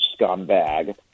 scumbag